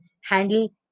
handle